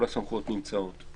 כל הסמכויות נמצאות.